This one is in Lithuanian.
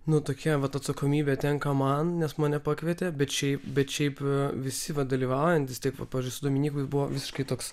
nu tokia vat atsakomybė tenka man nes mane pakvietė bet šiaip bet šiaip visi va dalyvaujantys taip pavyzdžiui su dominyku buvo visiškai toks